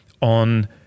on